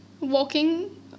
walking